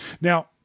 Now